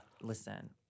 Listen